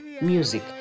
music